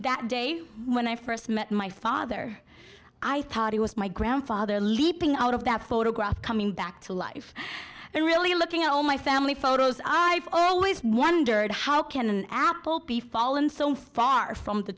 that day when i first met my father i thought he was my grandfather leaping out of that photograph coming back to life and really looking at all my family photos i've always wondered how can an apple be fallen so far from the